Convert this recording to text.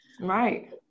Right